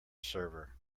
server